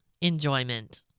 Enjoyment